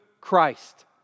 Christ